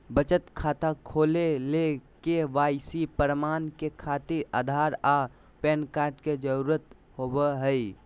बचत खाता खोले ला के.वाइ.सी प्रमाण के खातिर आधार आ पैन कार्ड के जरुरत होबो हइ